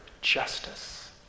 justice